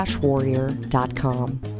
Warrior.com